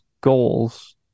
goals